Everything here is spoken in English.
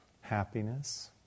happiness